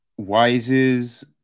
Wises